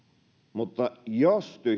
mutta jos tyhjinä